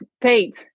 paid